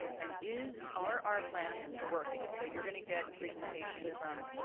and is, are our plans working? so you're gonna get presentation from